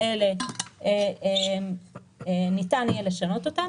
בצלאל, אמרו לך שיבדקו.